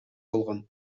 болгон